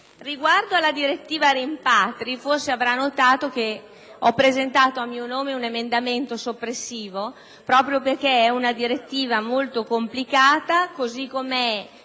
Riguardo alla direttiva sui rimpatri, forse avrà notato che ho presentato a mio nome un emendamento soppressivo, proprio perché si tratta di una direttiva molto complicata: così com'è,